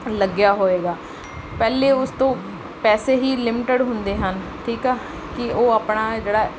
ਲੱਗਿਆ ਹੋਏਗਾ ਪਹਿਲੇ ਉਸ ਤੋਂ ਪੈਸੇ ਹੀ ਲਿਮਿਟਡ ਹੁੰਦੇ ਹਨ ਠੀਕ ਆ ਕਿ ਉਹ ਆਪਣਾ ਜਿਹੜਾ